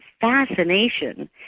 fascination